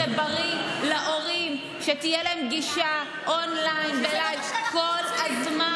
אני לא חושבת שזה בריא להורים שתהיה להם גישה און-ליין בלייב כל הזמן.